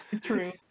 True